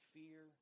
fear